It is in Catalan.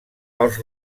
pels